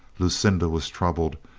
lucinda was troubled.